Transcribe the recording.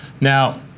Now